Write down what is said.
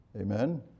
Amen